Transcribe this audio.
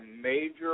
major